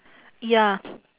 ya